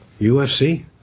UFC